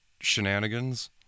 shenanigans